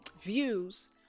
views